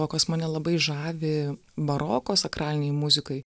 o kas mane labai žavi baroko sakralinėj muzikoj